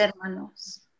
hermanos